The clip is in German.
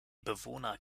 bewohner